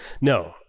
No